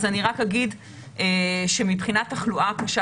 אז אני רק אגיד שמבחינת תחלואה קשה